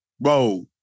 Bro